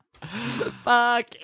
Fuck